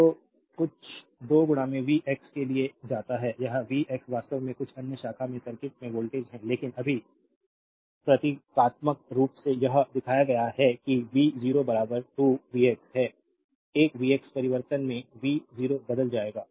तो यह कुछ 2 वी एक्स के लिए लिया जाता है यह वी एक्स वास्तव में कुछ अन्य शाखा में सर्किट में वोल्टेज है लेकिन अभी प्रतीकात्मक रूप से यह दिखाया गया है कि वी 0 बराबर 2 वीएक्स है एक वीएक्स परिवर्तन तो वी 0 बदल जाएगा